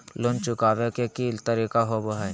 Loan चुकाबे के की तरीका होबो हइ?